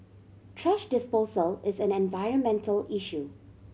thrash disposal is an environmental issue